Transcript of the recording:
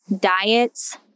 diets